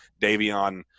Davion